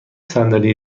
صندلی